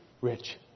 rich